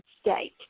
state